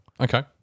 Okay